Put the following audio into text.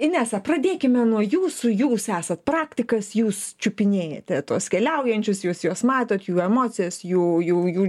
inesa pradėkime nuo jūsų jūs esat praktikas jūs čiupinėjate tuos keliaujančius jūs juos matot jų emocijas jų jų jų